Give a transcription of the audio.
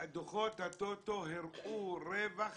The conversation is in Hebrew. כן, דוחות הטוטו הראו רווח